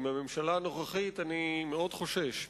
עם הממשלה הנוכחית אני מאוד חושש,